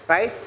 Right